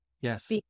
Yes